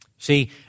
See